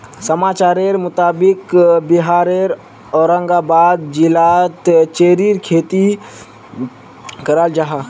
समाचारेर मुताबिक़ बिहारेर औरंगाबाद जिलात चेर्रीर खेती कराल जाहा